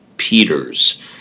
Peters